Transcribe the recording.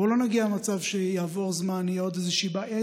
בוא לא נגיע למצב שיעבור זמן ותהיה עוד בעיה.